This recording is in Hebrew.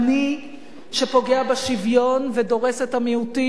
שפוגע בשוויון ודורס את המיעוטים,